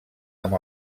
amb